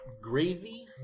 gravy